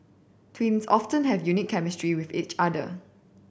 twins often have unique chemistry with each other